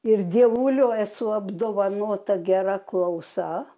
ir dievuliau esu apdovanota gera klausa